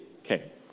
Okay